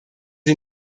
sie